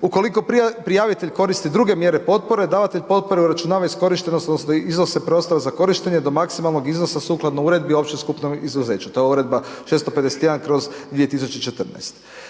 Ukoliko prijavitelj koristi druge mjere potpore, davatelj potpore uračunava iskorištenost, odnosno iznose preostale za korištenje do maksimalnog iznosa sukladno uredbi, opće skupnom izuzeću. To je Uredba 651/2014.